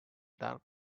dark